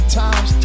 times